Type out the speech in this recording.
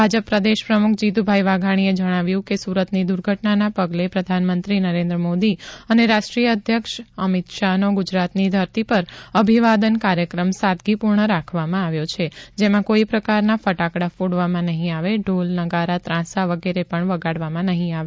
ભાજપ પ્રદેશ પ્રમુખ જીતુભાઈ વાઘાણીએ જણાવ્યું કે સુરતની દુર્ઘટનાના પગલે પ્રધાનમંત્રી નરેન્દ્ર મોદી અને રાષ્ટ્રીય અધ્યક્ષ અમિત શાહનો ગુજરાતની ધરતી પર અભિવાદન કાર્યક્રમ સાદગીપૂર્ણ રાખવામાં આવ્યો છે જેમાં કોઈ પ્રકારના ફટાકડા ફોડવામાં નહીં આવે ઢોલ નગારા ત્રાંસા વગેરે પણ વગાડવામાં નહીં આવે